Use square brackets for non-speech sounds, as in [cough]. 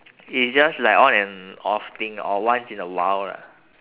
[noise] it's just like on and off thing or once in a while lah